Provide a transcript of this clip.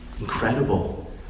Incredible